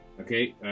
Okay